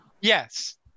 Yes